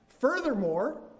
Furthermore